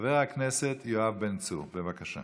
חבר הכנסת יואב בן צור, בבקשה.